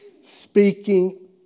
speaking